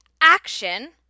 action